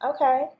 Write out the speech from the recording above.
Okay